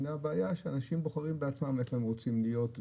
אנשים בוחרים בעצמם איפה הם רוצים להיות,